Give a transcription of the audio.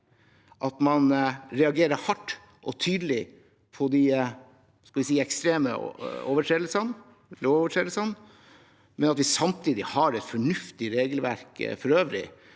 at man reagerer hardt og tydelig på de ekstreme lovovertredelsene, men at vi samtidig har et fornuftig regelverk for øvrig.